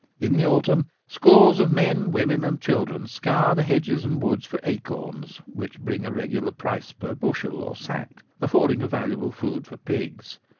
in the autumn scores of men, women, and children scour the hedges and woods for acorns, which bring a regular price per bushel or sack, affording a valuable food for pigs.